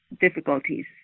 difficulties